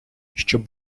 щоб